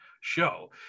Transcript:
show